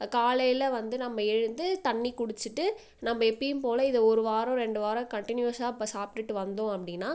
காலையில் வந்து நம்ம எழுந்து தண்ணீர் குடிச்சிட்டு நம்ம எப்பயும் போல் இதை ஒரு வாரம் ரெண்டு வாரம் கன்டினியஸாக சாப்பிட்டுட்டு வந்தோம் அப்படின்னா